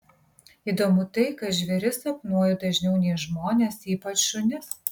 įdomu tai kad žvėris sapnuoju dažniau nei žmones ypač šunis